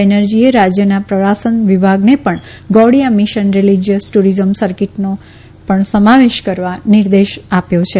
બેનર્જીએ રાજયના પ્રવાશન વિભાગને પણ ગૌડીયા મિશન રીલીજીયસ ટુરીઝમ સર્કીટને પણ સમાવેશ કરવાનો નિર્દેશ આપ્યો છે